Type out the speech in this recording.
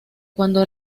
cuando